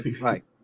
right